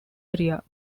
area